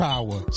Power